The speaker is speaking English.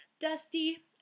Dusty